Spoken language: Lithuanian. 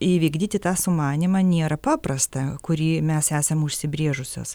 įvykdyti tą sumanymą nėra paprasta kurį mes esam užsibrėžusios